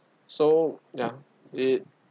so ya it